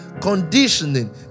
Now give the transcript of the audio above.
conditioning